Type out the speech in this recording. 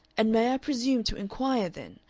and may i presume to inquire, then,